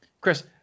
Chris